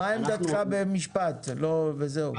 מה עמדתך במשפט וזהו?